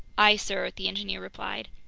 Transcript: aye, sir, the engineer replied.